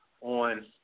on